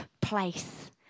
place